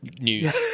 news